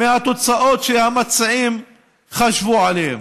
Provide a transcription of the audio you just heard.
מהתוצאות שהמציעים חשבו עליהם.